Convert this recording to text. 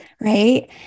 Right